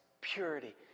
purity